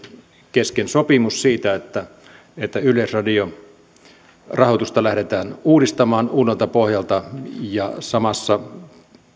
kesken sopimus siitä että että yleisradion rahoitusta lähdetään uudistamaan uudelta pohjalta ja samassa